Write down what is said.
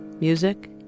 Music